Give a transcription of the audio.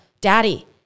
daddy